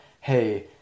hey